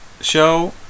show